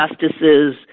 justices